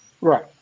Right